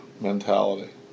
mentality